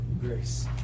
Grace